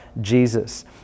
Jesus